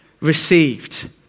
received